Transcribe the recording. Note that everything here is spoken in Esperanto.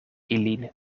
ilin